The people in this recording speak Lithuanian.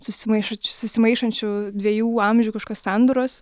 susimaišančiu susimaišančių dviejų amžių kažkokios sandūros